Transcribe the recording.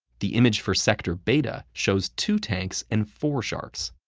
the image for sector beta shows two tanks and four sharks,